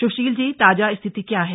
सुशील जी ताजा स्थिति क्या है